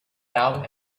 down